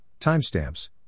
Timestamps